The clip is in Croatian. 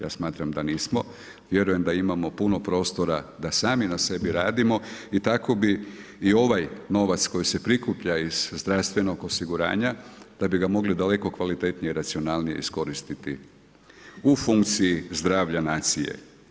Ja smatram da nismo, vjerujem da imamo puno prostora da sami na sebi radimo i tako bi i ovaj novac koji se prikuplja iz zdravstvenog osiguranja da bi ga mogli daleko kvalitetnije, racionalnije iskoristiti u funkciji zdravlja nacije.